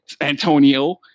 Antonio